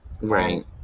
Right